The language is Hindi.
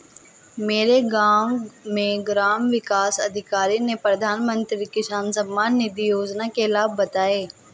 मेरे गांव में ग्राम विकास अधिकारी ने प्रधानमंत्री किसान सम्मान निधि योजना के लाभ बताएं